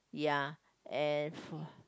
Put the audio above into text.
ya and